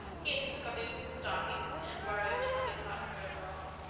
he had discarded boots and stockings and borrowed tommy cotton's overalls.